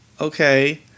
okay